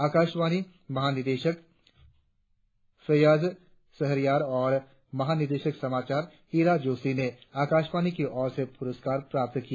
आकाशवाणी महानिदेशक फैय्याज शहरयार और महानिदेशक समाचार इरा जोशी ने आकाशवाणी की ओर से पुरस्कार प्राप्त किया